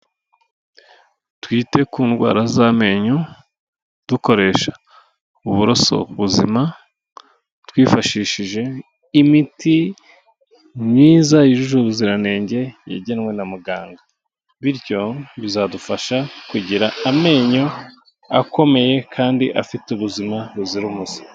Twite ku ndwara z'amenyo dukoresha uburoso buzima, twifashishije imiti myiza yujuje ubuziranenge yagenwe na muganga, bityo bizadufasha kugira amenyo akomeye kandi afite ubuzima buzira umuze.